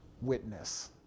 witness